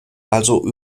also